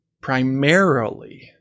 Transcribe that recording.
primarily